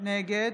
נגד